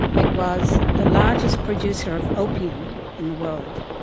it was the largest producer of opium in the world.